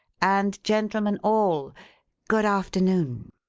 and gentlemen all good afternoon.